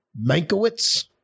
Mankiewicz